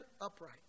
upright